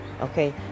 Okay